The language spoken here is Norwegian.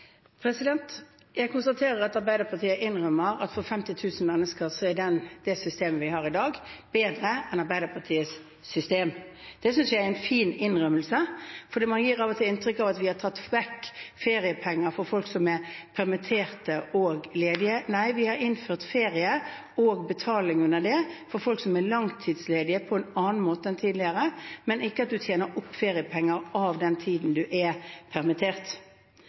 Jeg konstaterer at Arbeiderpartiet innrømmer at for 50 000 mennesker er det systemet vi har i dag, bedre enn Arbeiderpartiets system. Det synes jeg er en fin innrømmelse, for man gir av og til inntrykk av at vi har tatt vekk feriepenger for folk som er permittert og ledige. Nei, vi har innført ferie og betaling under det for folk som er langtidsledige, på en annen måte enn tidligere, men ikke slik at man tjener opp feriepenger av den tiden man er permittert.